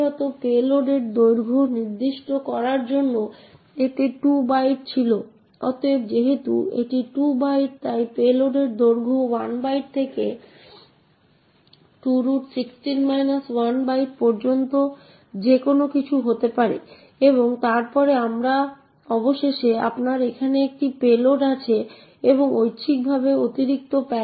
এখন যখন printf execute করে তখন যা হয় তা হল যে এটি প্রথম আর্গুমেন্টটি পড়বে যা user string এর অ্যাড্রেস এটি সেই ffffcf48 নির্দিষ্ট অবস্থানে যাবে এবং স্ট্রিংগুলির বিষয়বস্তু প্রিন্ট করা শুরু করবে